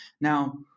Now